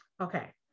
Okay